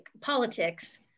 politics